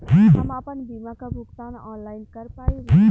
हम आपन बीमा क भुगतान ऑनलाइन कर पाईब?